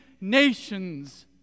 nations